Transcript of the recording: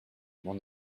mon